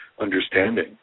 understanding